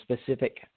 specific